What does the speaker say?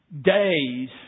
days